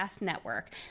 Network